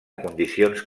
condicions